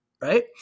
right